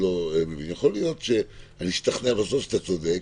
יכול להיות שאני אשתכנע בסוף שאתה צודק,